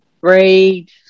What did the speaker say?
read